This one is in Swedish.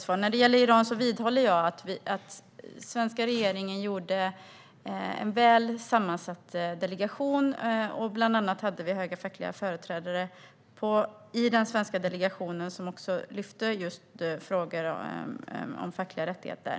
Vad avser Iran vidhåller jag att den svenska regeringen hade en väl sammansatt delegation med bland andra höga fackliga företrädare som lyfte upp just frågor om fackliga rättigheter.